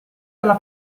dalla